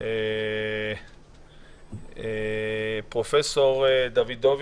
10,000. אדוני,